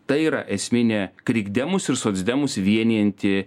tai yra esminė krikdemus ir socdemus vienijanti